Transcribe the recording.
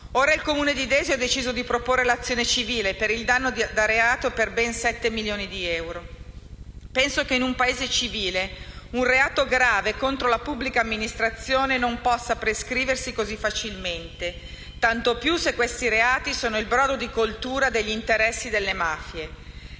Ora, il Comune di Desio ha deciso di proporre azione civile per il danno da reato per ben 7 milioni di euro. Penso che in un Paese civile un reato grave contro la pubblica amministrazione non possa prescriversi così facilmente, tanto più se questi reati sono il brodo di coltura degli interessi delle mafie.